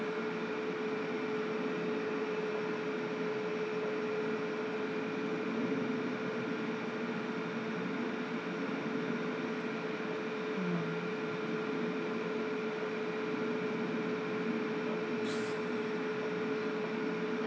mm ya